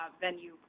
venue